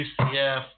UCF